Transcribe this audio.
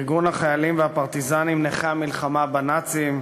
ארגון החיילים והפרטיזנים, נכי המלחמה בנאצים,